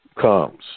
comes